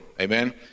Amen